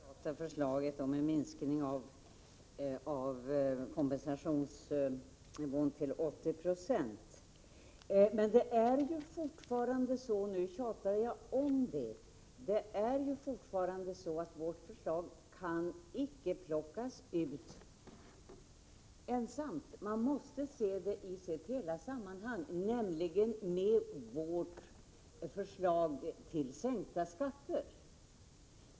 Herr talman! Margareta Persson är verkligen bekymrad över det moderata förslaget om en minskning av kompensationsnivån till 80 26. Men det är fortfarande så — jag tjatar om det igen — att vårt förslag icke kan plockas ut ensamt, utan det måste ses i hela sitt sammanhang, nämligen med vårt förslag till sänkta skatter.